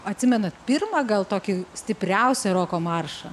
atsimenat pirmą gal tokį stipriausią roko maršą